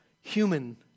human